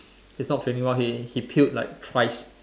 he is not feeling well he puke like thrice